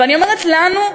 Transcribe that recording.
ואני אומרת "לנו",